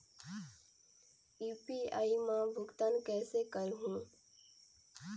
UPI मा भुगतान कइसे करहूं?